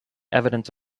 evidence